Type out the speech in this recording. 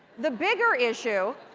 the bigger issue